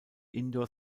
indoor